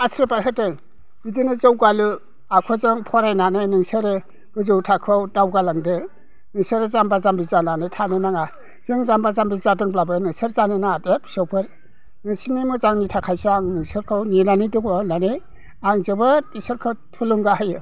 आसिर्बाद होदों बिदिनो जौगालु आखुजों फरायनानै नोंसोरो गोजौ थाखोआव दावगालांदो नोंसोर जामबा जामबि जानानै थानो नाङा जों जामबा जामबि जादोंब्लाबो नोंसोर जानो नाङा दे फिसौफोर नोंसोरनि मोजांनि थाखायसो आं नेनानै दङ होननानै आं जोबोद बिसोरखौ थुलुंगा होयो